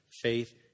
faith